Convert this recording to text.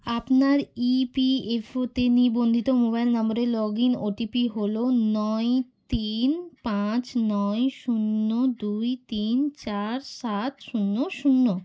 আপনার E P F O তে নিবন্ধিত মোবাইল নম্বরের log in O T P হল নয় তিন পাঁচ নয় শূন্য দুই তিন চার সাত শূন্য শূন্য